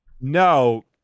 no